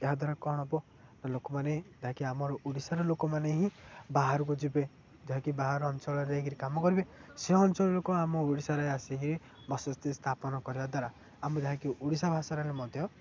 ଏହାଦ୍ୱାରା କ'ଣ ହବ ଲୋକମାନେ ଯାହାକି ଆମର ଓଡ଼ିଶାର ଲୋକମାନେ ହିଁ ବାହାରକୁ ଯିବେ ଯାହାକି ବାହାର ଅଞ୍ଚଳରେ ଯାଇକିରି କାମ କରିବେ ସେ ଅଞ୍ଚଳ ର ଲୋକ ଆମ ଓଡ଼ିଶାରେ ଆସିିକି ବଶସ୍ତି ସ୍ଥାପନ କରିବା ଦ୍ୱାରା ଆମ ଯାହାକି ଓଡ଼ିଶା ଭାଷାରେ ମଧ୍ୟ